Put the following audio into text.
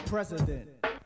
President